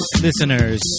Listeners